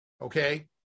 okay